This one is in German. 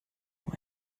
nur